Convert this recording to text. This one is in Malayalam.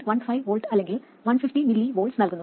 15 V അല്ലെങ്കിൽ 150 mV നൽകുന്നു